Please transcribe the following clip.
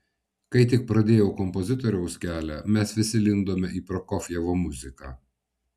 kai tik pradėjau kompozitoriaus kelią mes visi lindome į prokofjevo muziką